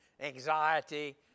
anxiety